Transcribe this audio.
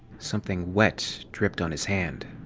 something wet dripped on his hand.